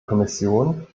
kommission